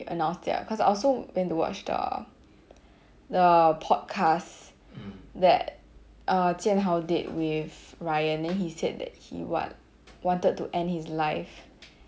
announced it ah cause I also went to watch the the podcast that err jian hao did with ryan then he said that he what wanted to end his life